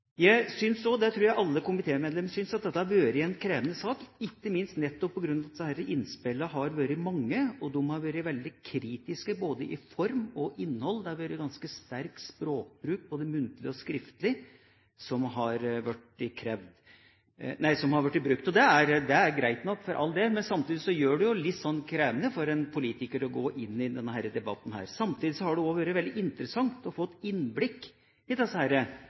Jeg syns – og det tror jeg alle komitémedlemmene syns – at dette har vært en krevende sak, ikke minst nettopp på grunn av at disse innspillene har vært mange, og de har vært veldig kritiske både i form og innhold. Det har blitt brukt ganske sterk språkbruk, både muntlig og skriftlig. Det er greit nok, for all del, men samtidig gjør det det jo litt krevende for en politiker å gå inn i denne debatten. Samtidig har det vært veldig interessant å få et innblikk i disse